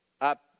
up